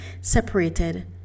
separated